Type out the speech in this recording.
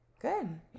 Good